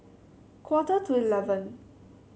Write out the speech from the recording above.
quarter to eleven